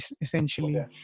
essentially